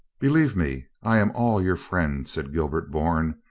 believe me, i am all your friend, said gilbert bourne,